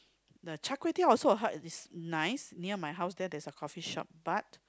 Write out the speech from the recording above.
the char-kway-teow also I heard is nice near my house there there's a coffee shop but